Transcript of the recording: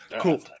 Cool